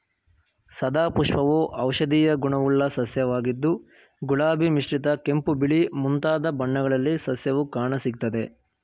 ಸದಾಪುಷ್ಪವು ಔಷಧೀಯ ಗುಣವುಳ್ಳ ಸಸ್ಯವಾಗಿದ್ದು ಗುಲಾಬಿ ಮಿಶ್ರಿತ ಕೆಂಪು ಬಿಳಿ ಮುಂತಾದ ಬಣ್ಣಗಳಲ್ಲಿ ಸಸ್ಯವು ಕಾಣಸಿಗ್ತದೆ